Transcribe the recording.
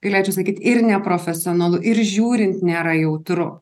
galėčiau sakyt ir neprofesionalu ir žiūrint nėra jautru